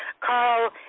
Carl